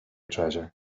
treasure